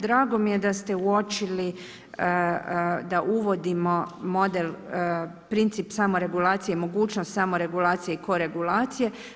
Drago mi je da ste uočili da uvodimo model, princip samoregulacije i mogućnost samoregulacije i koregulacije.